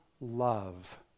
love